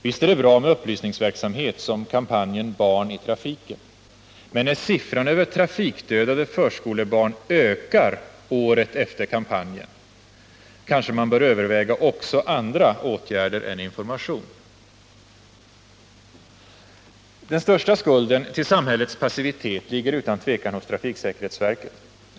Visst är det bra med upplysningsverksamhet som kampanjen Barn i trafiken, men när siffran över trafikdödade förskolebarn ökar året efter kampanjen kanske man bör överväga också andra ågärder än information. Den största skulden till samhällets passivitet ligger utan tvekan hos trafiksäkerhetsverket.